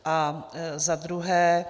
A za druhé.